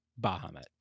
Bahamut